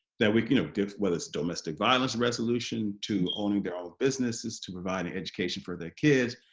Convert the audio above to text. that we, you know give whether it's domestic violence resolution, to owning their own businesses, to providing education for their kids,